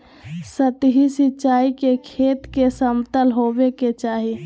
सतही सिंचाई के खेत के समतल होवे के चाही